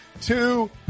two